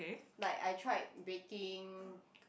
like I tried baking